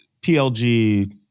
PLG